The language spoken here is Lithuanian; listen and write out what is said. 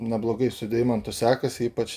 neblogai su deimantu sekasi ypač